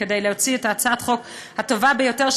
כדי להוציא את הצעת החוק הטובה ביותר,